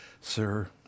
sir